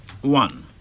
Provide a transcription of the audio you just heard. One